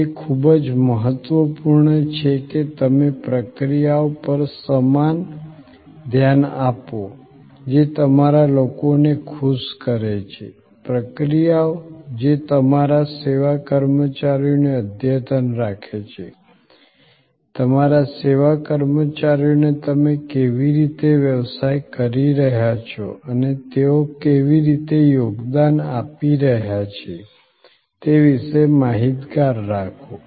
તે ખૂબ જ મહત્વપૂર્ણ છે કે તમે પ્રક્રિયાઓ પર સમાન ધ્યાન આપો જે તમારા લોકોને ખુશ કરે છે પ્રક્રિયાઓ જે તમારા સેવા કર્મચારીઓને અદ્યતન રાખે છે તમારા સેવા કર્મચારીઓને તમે કેવી રીતે વ્યવસાય કરી રહ્યા છો અને તેઓ કેવી રીતે યોગદાન આપી રહ્યાં છે તે વિશે માહિતગાર રાખો